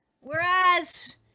Whereas